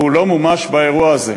והוא לא מומש באירוע הזה.